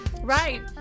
Right